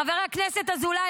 חבר הכנסת אזולאי,